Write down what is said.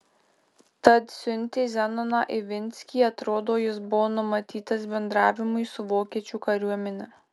tad siuntė zenoną ivinskį atrodo jis buvo numatytas bendravimui su vokiečių kariuomene